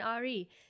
RE